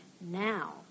now